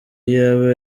iyaba